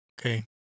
Okay